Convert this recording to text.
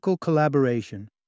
Collaboration